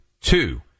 Two